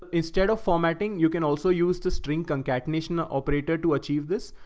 instead of formatting, you can also use the string concatenation operator to achieve this,